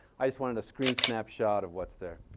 i just wanted a screen snapshot of what's there.